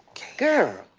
girl,